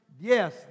Yes